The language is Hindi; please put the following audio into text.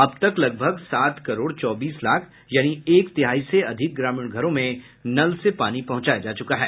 अब तक लगभग सात करोड़ चौबीस लाख यानी एक तिहाई से अधिक ग्रामीण घरों में नल से पानी पहुंचाया जा चुका है